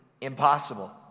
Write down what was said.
impossible